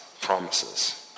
promises